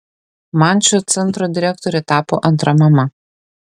man šio centro direktorė tapo antra mama